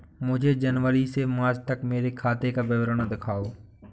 मुझे जनवरी से मार्च तक मेरे खाते का विवरण दिखाओ?